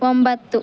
ಒಂಬತ್ತು